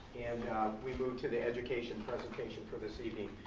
we move to the education presentation for this evening.